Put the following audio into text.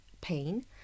pain